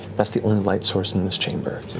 that's the only light source in this chamber.